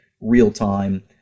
real-time